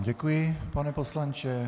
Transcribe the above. Děkuji, pane poslanče.